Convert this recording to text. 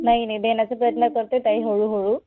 नाही नाही देण्याचे प्रयत्न करते ताई हळू हळू